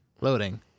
loading